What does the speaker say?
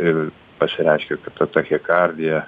ir pasireiškia ta tachikardija